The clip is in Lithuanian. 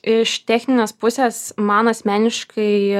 iš techninės pusės man asmeniškai